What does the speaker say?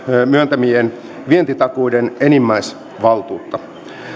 myöntämien vientitakuiden enimmäisvaltuutta